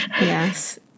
Yes